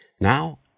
Now